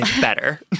Better